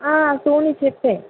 Sony చెప్పు